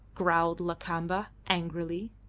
growled lakamba, angrily.